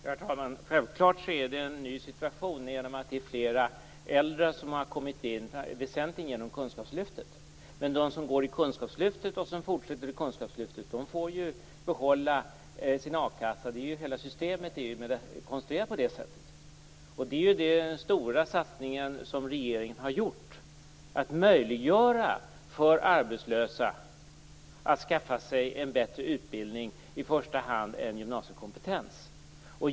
Herr talman! Självfallet har vi nu en ny situation genom att fler äldre har börjat studera, inte minst inom ramen för kunskapslyftet. Men de som går i kunskapslyftet och fortsätter studera där får ju behålla sin a-kassa - hela systemet är ju konstruerat på det sättet. Detta är den stora satsning som regeringen har gjort för att möjliggöra för arbetslösa att skaffa sig en bättre utbildning, i första hand en gymnasiekompetens.